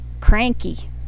cranky